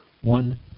One